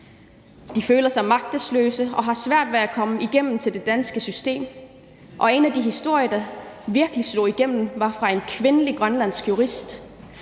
De føler sig magtesløse og har svært ved at komme igennem til det danske system, og en af de historier, der virkelig slog igennem, var fra en kvindelig grønlandsk jurist.